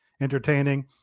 entertaining